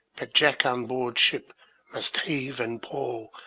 but jack on board ship must heave and pawl,